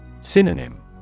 Synonym